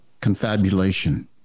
confabulation